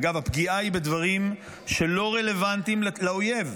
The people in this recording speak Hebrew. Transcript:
אגב, הפגיעה היא בדברים שלא רלוונטיים לאויב,